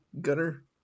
Gunner